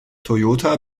toyota